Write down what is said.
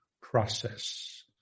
process